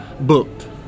booked